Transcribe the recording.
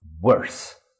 worse